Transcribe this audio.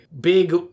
big